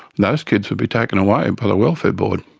those kids would be taken away by the welfare board.